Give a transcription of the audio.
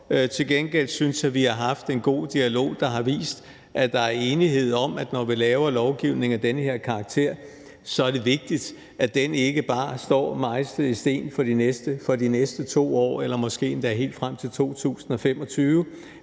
til gengæld synes jeg, at vi har haft en god dialog, der har vist, at der er enighed om, at når vi laver lovgivning af den her karakter, er det vigtigt, at den ikke bare står mejslet i sten for de næste 2 år eller måske endda helt frem til 2025,